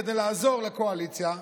כדי לעזור לקואליציה,